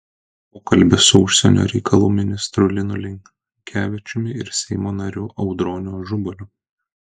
pokalbis su užsienio reikalų ministru linu linkevičiumi ir seimo nariu audroniu ažubaliu